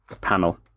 panel